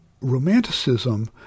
Romanticism